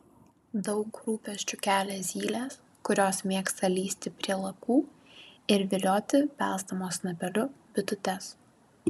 daug rūpesčių kelia zylės kurios mėgsta lįsti prie lakų ir vilioti belsdamos snapeliu bitutes